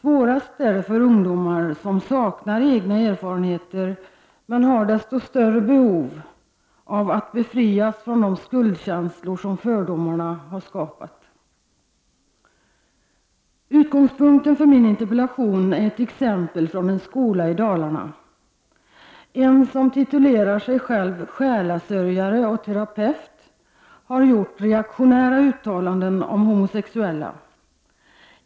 Det är svårast för ungdomar som saknar egna erfarenheter, men som har desto större behov av att befrias från de skuldkänslor som fördomarna skapar. Utgångspunkten för min interpellation är ett exempel från en skola i Dalarna. En person, som titulerar sig själv för själasörjare och terapeut, har gjort reaktionära uttalanden om homosexuella.